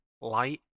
light